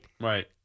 Right